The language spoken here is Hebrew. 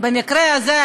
במקרה הזה,